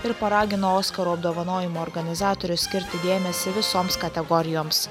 ir paragino oskaro apdovanojimų organizatorius skirti dėmesį visoms kategorijoms